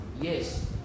Yes